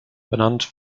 benannt